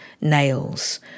nails